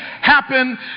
happen